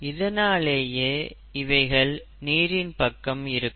இதனாலே இவைகள் நீரின் பக்கம் இருக்கும்